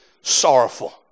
sorrowful